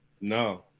No